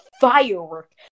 firework